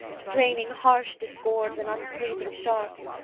straining harsh discords and unpleasing sharps.